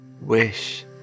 wish